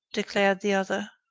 declared the other.